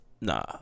Nah